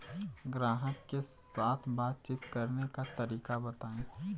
ग्राहक के साथ बातचीत करने का तरीका बताई?